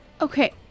Okay